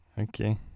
Okay